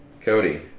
Cody